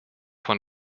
von